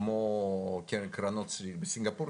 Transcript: כמו קרנות בסינגפור,